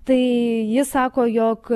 tai ji sako jog